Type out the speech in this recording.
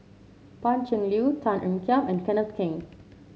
Pan Cheng Lui Tan Ean Kiam and Kenneth Keng